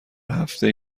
هفته